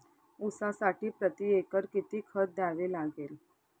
ऊसासाठी प्रतिएकर किती खत द्यावे लागेल?